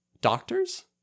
doctors